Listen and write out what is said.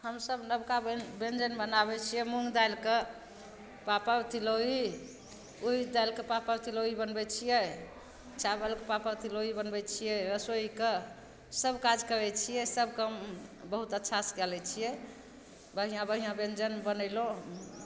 हमसब नबका ब्यञ्जन बनाबै छियै मूंग दालिके पापड़ तिलौरी दालिके पापड़ तिलौरी बनबै छियै चाबलके पापड़ तिलौरी बनबै छियै रसोइके सब काज करै छियै सब काम बहुत अच्छा सऽ कए लै छियै बढ़िऑं बढ़िऑं ब्यञ्जन बनेलहुॅं